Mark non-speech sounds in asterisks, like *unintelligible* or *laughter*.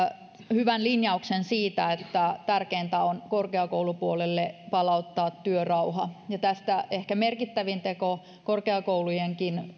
hyvän linjauksen siitä että tärkeintä on korkeakoulupuolelle palauttaa työrauha tästä ehkä merkittävin teko korkeakoulujenkin *unintelligible*